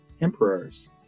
emperors